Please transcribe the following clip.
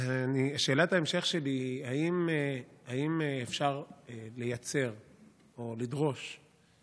שאלת ההמשך שלי היא: האם אפשר לייצר או לדרוש,